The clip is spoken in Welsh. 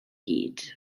gyd